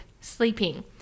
Sleeping